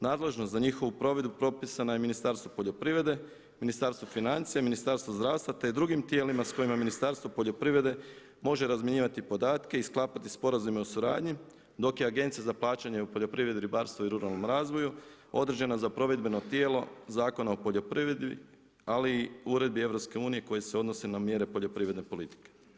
Nadležnost za njihovu provedbu propisana je Ministarstvu poljoprivrede, Ministarstvu financija, Ministarstvu zdravstva te i drugim tijelima s kojima Ministarstvo poljoprivrede može razmjenjivati podatke i sklapati sporazume o suradnji dok je Agencija za plaćanje u poljoprivredi, ribarstvu i ruralnom razvoja određena za provedbeno tijelo Zakon o poljoprivredi ali i uredbi EU koje se odnose na mjere poljoprivredne politike.